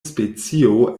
specio